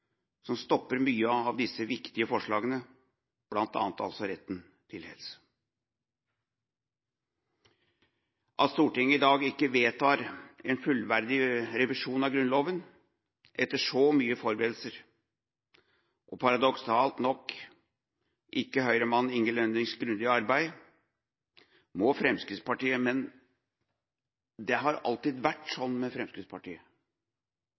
som stopper mange av disse viktige forslagene, bl.a. altså retten til helse. At Stortinget i dag ikke vedtar en fullverdig revisjon av Grunnloven, etter så mye forberedelser, og paradoksalt nok ikke Høyre-mannen Inge Lønnings grundige arbeid, må Fremskrittspartiet – men det har alltid vært sånn med Fremskrittspartiet,